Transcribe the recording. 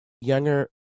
Younger